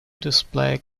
display